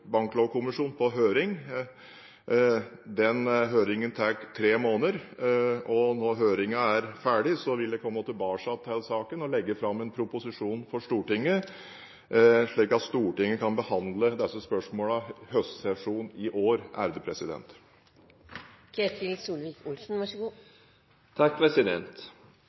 Banklovkommisjonen på høring. Den høringen tar tre måneder. Når høringen er ferdig, vil jeg komme tilbake til saken og legge fram en proposisjon for Stortinget, slik at Stortinget kan behandle disse spørsmålene i høstsesjonen i år.